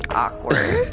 awkward,